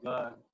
God